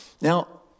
Now